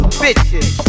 bitches